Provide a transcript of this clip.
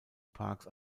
parks